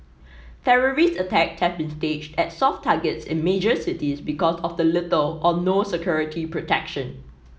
terrorist attacks have been staged at soft targets in major cities because of the little or no security protection